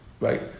right